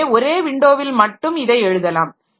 எனவே ஒரே விண்டோவில் மட்டும் இதை எழுதலாம்